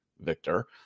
Victor